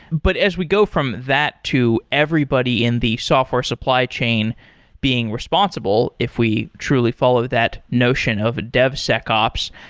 but as we go from that to everybody in the software supply chain being responsible if we truly follow that notion of a devsecops.